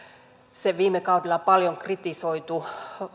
se viime kaudella paljon kritisoitu